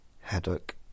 Haddock